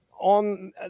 on